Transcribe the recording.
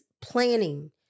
planning